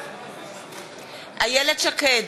בעד איילת שקד,